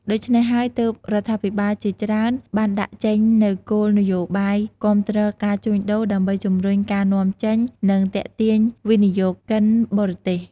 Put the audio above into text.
ដូច្នេះហើយទើប រដ្ឋាភិបាលជាច្រើនបានដាក់ចេញនៅគោលនយោបាយគាំទ្រការជួញដូរ ដើម្បីជំរុញការនាំចេញ និងទាក់ទាញវិនិយោគគិនបរទេស។